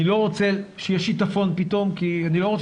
אני לא רוצה שיהיה שטפון פתאום כי אני לא רוצה